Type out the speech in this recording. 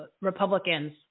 Republicans